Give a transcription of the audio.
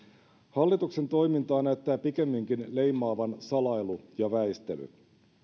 hallituksen toimintaa näyttää pikemminkin leimaavan salailu ja väistely